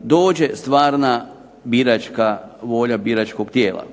dođe stvarna biračka volja biračkog tijela.